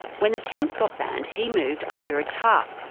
when the tents got banned he moved under a tarp,